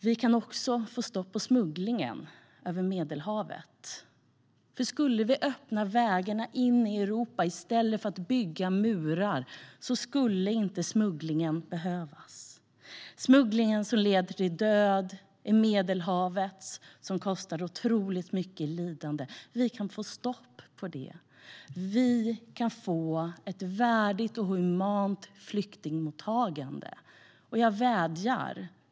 Vi kan också få stopp på smugglingen över Medelhavet. Skulle vi öppna vägarna in i Europa i stället för att bygga murar skulle smugglingen inte behövas. Smugglingen leder till död i Medelhavet och kostar otroligt mycket lidande. Vi kan få stopp på det. Vi kan få ett värdigt och humant flyktingmottagande. Jag vädjar om det.